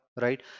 right